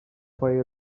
swojej